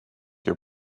your